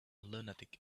lunatic